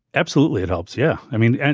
absolutely it helps. yeah i mean, and